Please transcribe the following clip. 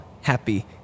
happy